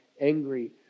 angry